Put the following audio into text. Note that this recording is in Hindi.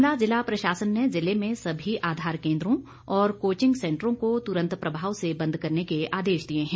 शिमला ज़िला प्रशासन ने ज़िले में सभी आधार केंद्रों और कोचिंग सेंटरों को तुरंत प्रभाव से बंद करने के आदेश दिए हैं